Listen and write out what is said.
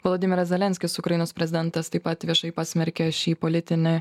vladimiras zelenskis ukrainos prezidentas taip pat viešai pasmerkė šį politinį